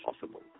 possible